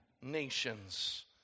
nations